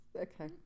Okay